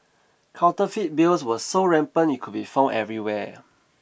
counterfeit bills were so rampant it could be found everywhere